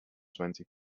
twenty